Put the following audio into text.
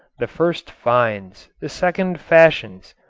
the first finds. the second fashions.